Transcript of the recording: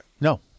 No